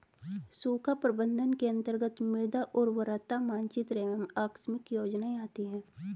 सूखा प्रबंधन के अंतर्गत मृदा उर्वरता मानचित्र एवं आकस्मिक योजनाएं आती है